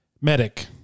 medic